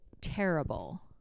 terrible